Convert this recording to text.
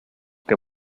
que